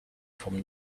from